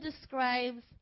describes